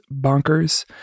bonkers